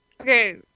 Okay